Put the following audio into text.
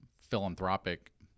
philanthropic